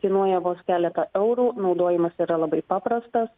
kainuoja vos keletą eurų naudojimas yra labai paprastas